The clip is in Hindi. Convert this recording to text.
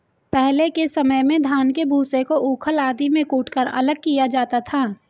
पहले के समय में धान के भूसे को ऊखल आदि में कूटकर अलग किया जाता था